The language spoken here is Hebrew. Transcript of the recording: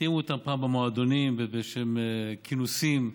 החתימו אותם פעם במועדונים ובאיזשהם כינוסים,